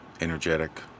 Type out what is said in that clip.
energetic